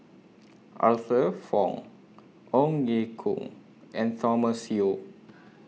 Arthur Fong Ong Ye Kung and Thomas Yeo